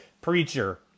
preacher